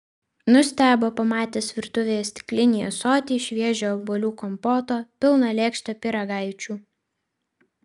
nustebo pamatęs virtuvėje stiklinį ąsotį šviežio obuolių kompoto pilną lėkštę pyragaičių